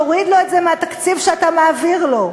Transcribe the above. תוריד לו את זה מהתקציב שאתה מעביר לו,